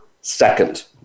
second